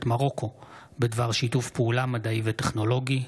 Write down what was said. מרוקו בדבר שיתוף פעולה מדעי וטכנולוגי.